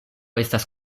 estas